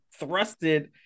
thrusted